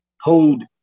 hold